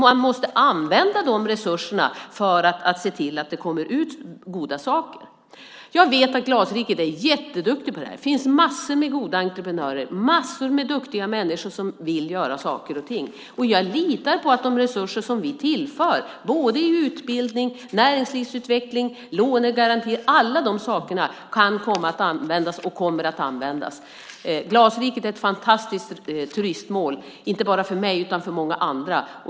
Man måste dock använda dessa resurser för att se till att det kommer ut goda saker. Jag vet att de är duktiga i Glasriket. Det finns massor av goda entreprenörer och duktiga människor som vill göra saker och ting. Jag litar på att de resurser som vi tillför i utbildning, näringslivsutveckling och lånegarantier kommer att användas. Glasriket är ett fantastiskt turistmål, inte bara för mig utan för många andra.